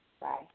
Bye